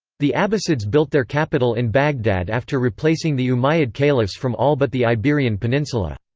the abbasids built their capital in baghdad after replacing the umayyad caliphs from all but the iberian peninsula.